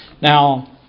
Now